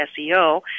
SEO